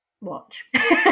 watch